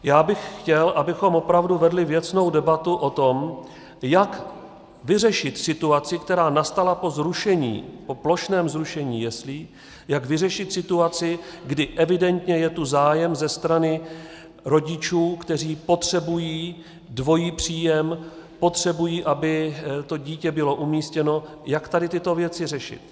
Já bych chtěl, abychom opravdu vedli věcnou debatu o tom, jak vyřešit situaci, která nastala po plošném zrušení jeslí, jak vyřešit situaci, kdy evidentně je tu zájem ze strany rodičů, kteří potřebují dvojí příjem, potřebují, aby dítě bylo umístěno, jak tady tyto věci řešit.